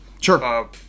Sure